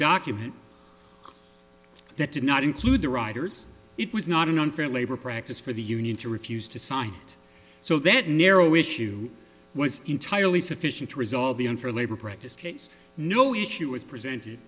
document that did not include the riders it was not an unfair labor practice for the union to refuse to sign it so that narrow issue was entirely sufficient to resolve the unfair labor practice case no issue was presented